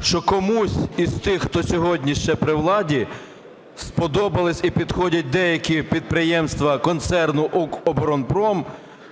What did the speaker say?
що комусь із тих хто сьогодні ще при владі сподобалось і підходять деякі підприємства концерну "Укроборонпром",